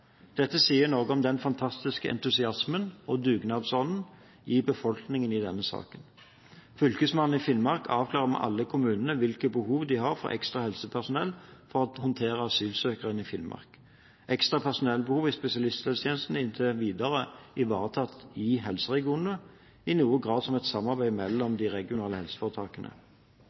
Dette sier noe om den fantastiske entusiasmen og dugnadsånden i befolkningen i denne saken. Fylkesmannen i Finnmark avklarer med alle kommunene hvilke behov de har for ekstra helsepersonell for å håndtere asylsøkere i Finnmark. Ekstra personellbehov i spesialisthelsetjenesten er inntil videre ivaretatt i helseregionene, i noen grad som et samarbeid mellom